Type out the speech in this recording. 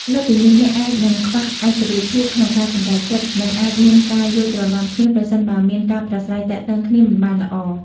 លើសពីនេះ អ្នកអាចនឹងខ្វះឯករាជ្យភាពក្នុងការសម្រេចចិត្ត និងអាចមានការយល់ច្រឡំគ្នា ប្រសិនបើមានការប្រាស្រ័យទាក់ទងគ្នាមិនបានល្អ។